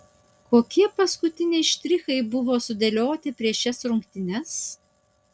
kokie paskutiniai štrichai buvo sudėlioti prieš šias rungtynes